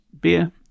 beer